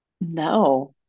no